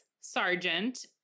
sergeant